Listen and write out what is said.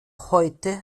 heute